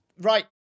Right